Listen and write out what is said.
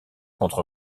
contre